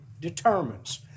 determines